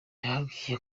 yababwiye